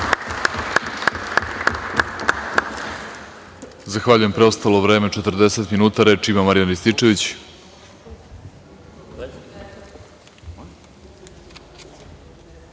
Zahvaljujem. Preostalo vreme 40 minuta. Reč ima Marijan Rističević.